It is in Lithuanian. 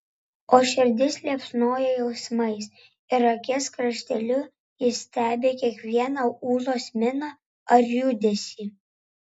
o širdis liepsnoja jausmais ir akies krašteliu jis stebi kiekvieną ūlos miną ar judesį